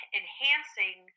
enhancing